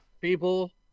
people